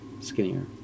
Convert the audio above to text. Skinnier